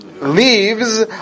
leaves